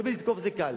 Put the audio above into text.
תמיד לתקוף זה קל.